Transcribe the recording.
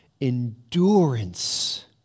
endurance